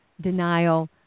denial